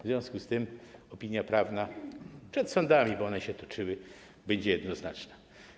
W związku z tym opinia prawna w sprawach przed sądami - bo one się toczyły - będzie jednoznaczna.